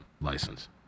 license